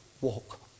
walk